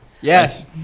Yes